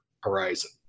horizon